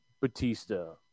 Batista